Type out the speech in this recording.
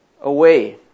away